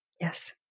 Yes